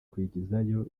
kwigizayo